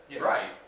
Right